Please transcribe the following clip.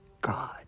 God